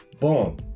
boom